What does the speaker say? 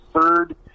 third